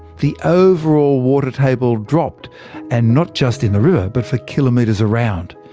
the overall water table dropped and not just in the river, but for kilometres around.